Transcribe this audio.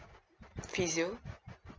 physio